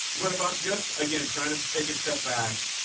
what if i'm just, again, trying to take a step back.